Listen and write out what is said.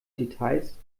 details